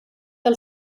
del